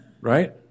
right